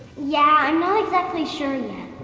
yeah, i'm not exactly sure yet.